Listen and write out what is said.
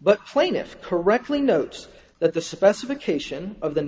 but plaintiff correctly notes that the specification of the